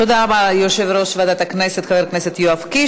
תודה רבה ליושב-ראש ועדת הכנסת חבר הכנסת יואב קיש.